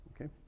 Okay